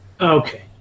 Okay